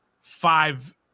five